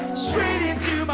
straight into but